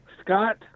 Scott